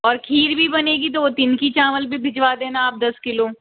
और खीर भी बनेगी तो तिनकी चावल भी भिजवा देना आप दस किलो